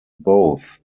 both